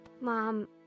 mom